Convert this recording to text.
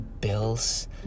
bills